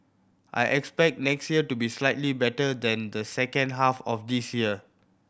I expect next year to be slightly better than the second half of this year